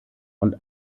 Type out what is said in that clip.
und